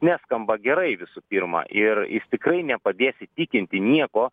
neskamba gerai visų pirma ir jis tikrai nepadės įtikinti nieko